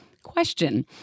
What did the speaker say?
question